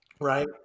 right